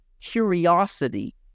curiosity